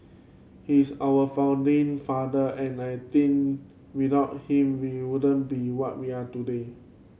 he is our founding father and I think without him we wouldn't be what we are today